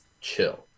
chill